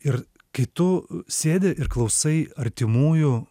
ir kai tu sėdi ir klausai artimųjų